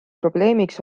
probleemiks